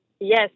Yes